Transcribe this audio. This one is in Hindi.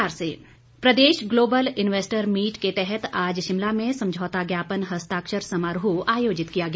एमओयू प्रदेश ग्लोबल इंवेस्टर मीट के तहत आज शिमला में समझौता ज्ञापन हस्ताक्षर समारोह आयोजित किया गया